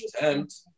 attempt